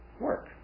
work